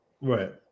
right